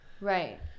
Right